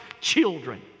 children